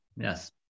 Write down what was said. Yes